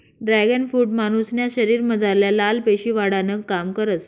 dragon fruit मानुसन्या शरीरमझारल्या लाल पेशी वाढावानं काम करस